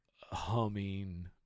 humming